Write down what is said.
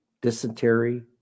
dysentery